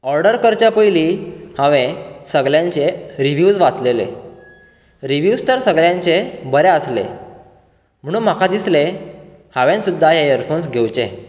order करचे पयली हांवें सगल्यांचे रिव्हूज वाचलेले रिव्हूज तर सगल्यांचे बरें आसले म्हणून म्हाका दिसले हांवें सुद्दां हें इयरफोन्स घेवचे